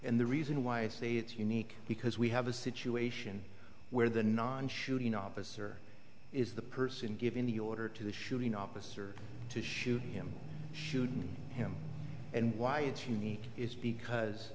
and the reason why i say it's unique because we have a situation where the non shooting office or is the person giving the order to the shooting office or to shoot him shooting him and why it's unique is because